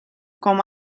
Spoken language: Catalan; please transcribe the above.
com